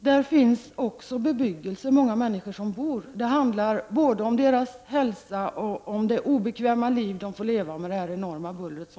Där finns det bebyggelse och många människor. Det handlar både om deras hälsa och om det obekväma liv de får uppleva med det enorma bullret.